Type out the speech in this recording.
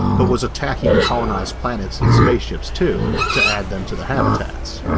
but was attacking colonized planets and spaceships too, to add them to the habitats.